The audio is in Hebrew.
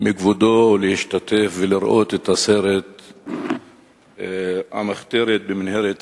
מכבודו להשתתף ולראות את הסרט "המחתרת במנהרת הזמן".